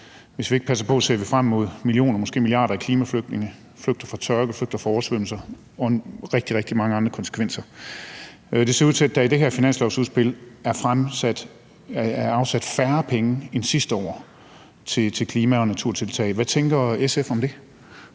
hvis vi ikke passer på, ser vi frem mod millioner, måske milliarder, af klimaflygtninge, som flygter fra tørke, flygter fra oversvømmelser, og rigtig, rigtig mange andre konsekvenser. Det ser ud til, at der i det her finanslovudspil er afsat færre penge end sidste år til klima og naturtiltag. Hvad tænker SF om det?